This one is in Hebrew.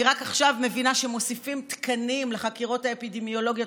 אני רק עכשיו מבינה שמוסיפים תקנים לחקירות האפידמיולוגיות,